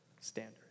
standard